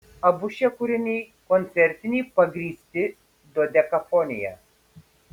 abu šie kūriniai koncertiniai pagrįsti dodekafonija